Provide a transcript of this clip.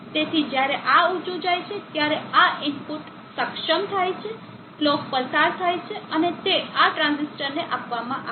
તેથી જ્યારે આ ઉચું જાય છે ત્યારે આ ઇનપુટ સક્ષમ થાય છે કલોક પસાર થાય છે અને તે આ ટ્રાંઝિસ્ટરને આપવામાં આવે છે